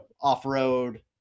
off-road